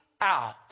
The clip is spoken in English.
out